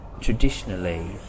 traditionally